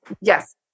yes